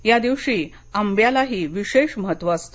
या दिवशी आंब्यालाही विशेष महत्व असते